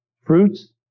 Fruits